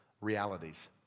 realities